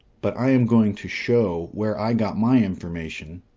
but i am going to show where i got my information,